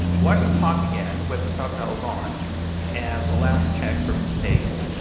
watch the talk again with the subtitles on as a last check for mistakes,